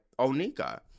Onika